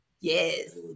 Yes